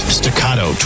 staccato